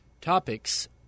topics